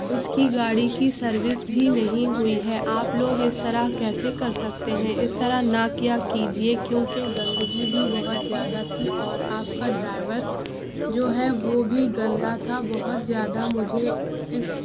اس کی گاڑی کی سروس بھی نہیں ہوئی ہے آپ لوگ اس طرح کیسے کر سکتے ہیں اس طرح نہ کیا کیجیے کیونکہ گندگی بھی بہت زیادہ تھی اور آپ کا ڈرائیور جو ہے وہ بھی گندا تھا بہت زیادہ مجھے اس